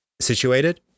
situated